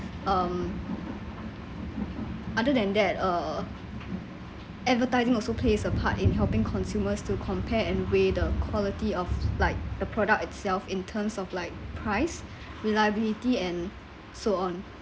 um other than that uh advertising also plays a part in helping consumers to compare and weigh the quality of like the product itself in terms of like price reliability and so on